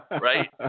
Right